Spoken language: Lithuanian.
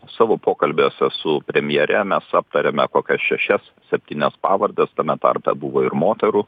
savo pokalbiuose su premjere mes aptarėme kokias šešias septynias pavardes tame tarpe buvo ir moterų